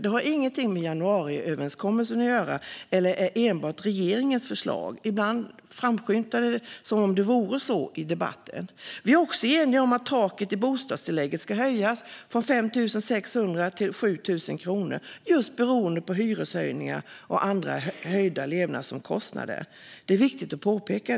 Det har inget med januariöverenskommelsen att göra, och det är inte heller enbart regeringens förslag. Ibland framställs det ju i debatten som om det vore så. Vi är också eniga om att taket i bostadstillägget ska höjas från 5 600 kronor till 7 000 kronor, just beroende på hyreshöjningar och höjda levnadsomkostnader. Detta är viktigt att påpeka.